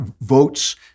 votes